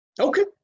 Okay